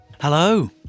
Hello